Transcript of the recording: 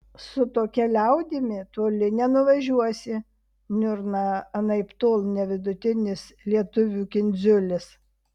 su tokia liaudimi toli nenuvažiuosi niurna anaiptol ne vidutinis lietuvių kindziulis